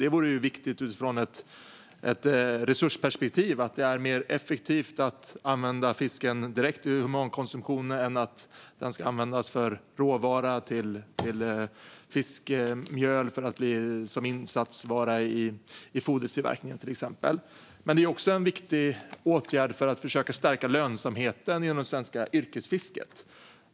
Det är viktigt inte bara ur ett resursperspektiv - att det är mer effektivt att använda fisken direkt till humankonsumtion än att till exempel använda den som råvara för fiskmjöl som blir insatsvara i fodertillverkning - utan det är också en viktig åtgärd för att försöka stärka lönsamheten i det svenska yrkesfisket.